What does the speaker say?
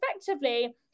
effectively